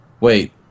Wait